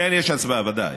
כן, יש הצבעה, ודאי.